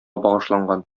багышланган